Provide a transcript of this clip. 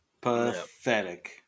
Pathetic